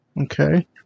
Okay